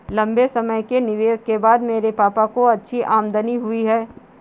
लंबे समय के निवेश के बाद मेरे पापा को अच्छी आमदनी हुई है